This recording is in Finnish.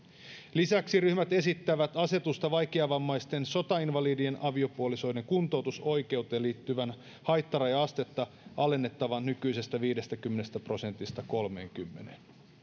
lisäksi ryhmät esittävät vaikeavammaisten sotainvalidien aviopuolisoiden kuntoutusoikeuteen liittyvää haitta asterajaa alennettavaksi nykyisestä viidestäkymmenestä prosentista kolmeenkymmeneen